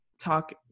talk